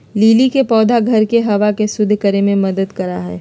lily के पौधा घर के हवा के शुद्ध करे में मदद करा हई